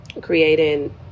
creating